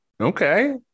okay